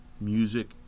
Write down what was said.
music